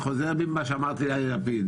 אני חוזר בי ממה שאמרתי על יאיר לפיד.